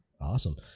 awesome